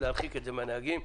להרחיק את זה מהנהגים.